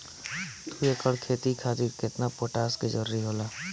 दु एकड़ खेती खातिर केतना पोटाश के जरूरी होला?